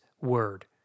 word